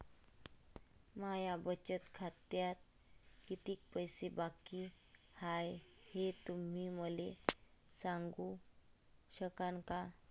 माया बचत खात्यात कितीक पैसे बाकी हाय, हे तुम्ही मले सांगू सकानं का?